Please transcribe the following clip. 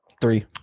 Three